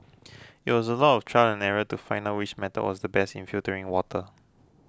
it was a lot trial and error to find out which method was the best in filtering water